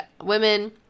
women